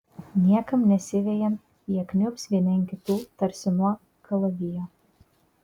niekam nesivejant jie kniubs vieni ant kitų tarsi nuo kalavijo